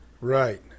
Right